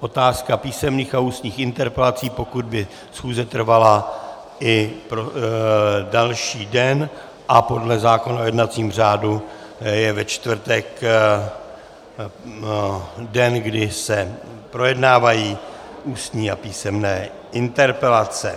otázka písemných a ústních interpelací, pokud by schůze trvala i další den, a podle zákona o jednacím řádu je ve čtvrtek den, kdy se projednávají ústní a písemné interpelace.